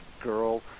girl